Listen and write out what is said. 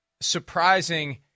surprising